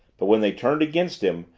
but when they turned against him,